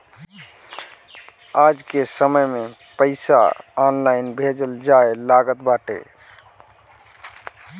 आजके समय में पईसा ऑनलाइन भेजल जाए लागल बाटे